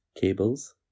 cables